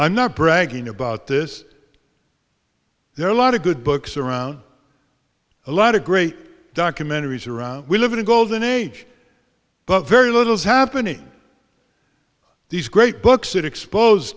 i'm not bragging about this there are a lot of good books around a lot of great documentaries around we live in a golden age but very little is happening these great books it expose